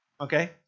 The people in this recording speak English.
okay